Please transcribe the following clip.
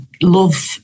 love